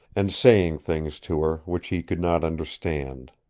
and saying things to her which he could not understand.